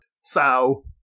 So-